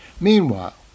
Meanwhile